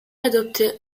adopté